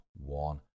one